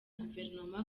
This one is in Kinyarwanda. guverinoma